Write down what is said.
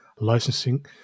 licensing